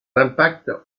impacts